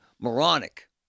moronic